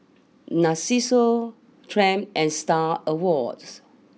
Narcissus Triumph and Star Awards